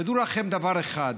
תדעו לכם דבר אחד: